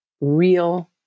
real